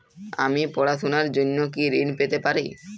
আমি পড়াশুনার জন্য কি ঋন পেতে পারি?